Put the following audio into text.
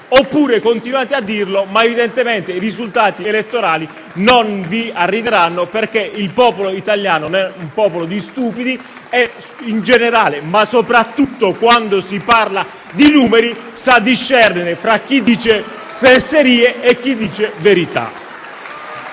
oppure continuate a dirlo, ma evidentemente i risultati elettorali non vi arriveranno, perché il popolo italiano non è un popolo di stupidi e in generale, ma soprattutto quando si parla di numeri, sa discernere fra chi dice fesserie e chi dice verità.